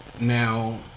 now